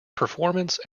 performance